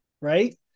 right